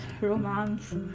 romance